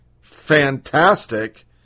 fantastic